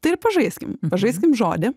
tai ir pažaiskim pažaiskim žodį